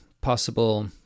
possible